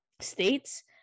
states